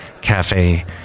Cafe